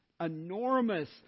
enormous